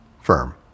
firm